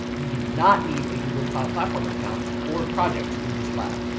you do not need a google cloud platform account or project to do this lab.